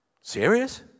Serious